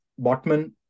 Botman